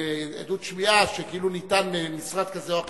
כעדות שמיעה, שכאילו ניתן על-ידי משרד זה או אחר.